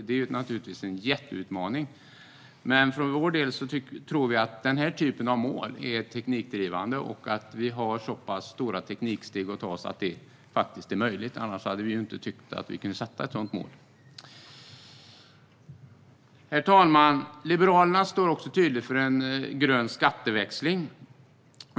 Det är naturligtvis en jätteutmaning, men vi tror att den typen av mål är teknikdrivande. Vi har så pass stora tekniksteg att ta att det faktiskt är möjligt, annars hade vi inte tyckt att vi kunde sätta upp ett sådant mål. Herr talman! Liberalerna står också tydligt för en grön skatteväxling.